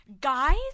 guys